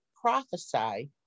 prophesy